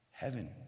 heaven